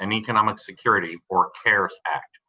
and economic security or cares act.